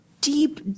deep